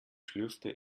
schlürfte